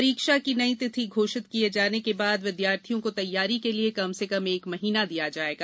परीक्षा की नई तिथि घोषित किए जाने के बाद विद्यार्थियों को तैयारी के लिए कम से कम एक महीना दिया जाएगा